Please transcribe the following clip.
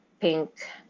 pink